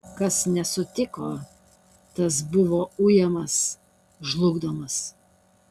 kas nesutiko tas buvo ujamas žlugdomas